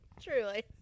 Truly